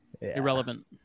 Irrelevant